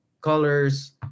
colors